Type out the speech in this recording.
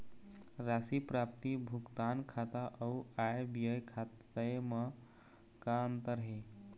राशि प्राप्ति भुगतान खाता अऊ आय व्यय खाते म का अंतर हे?